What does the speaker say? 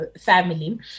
family